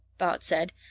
bart said,